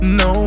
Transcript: no